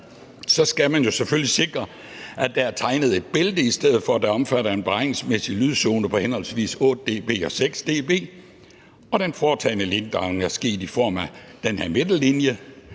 skal man jo selvfølgelig sikre, at der er tegnet et bælte i stedet for, der omfatter en beregningsmæssig lydzone på henholdsvis 8 dB og 6 dB, og at den foretagne linjedragning er sket i form af den her midterlinje